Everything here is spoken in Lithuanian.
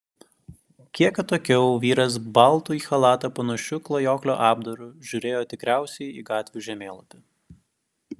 kiek atokiau vyras baltu į chalatą panašiu klajoklio apdaru žiūrėjo tikriausiai į gatvių žemėlapį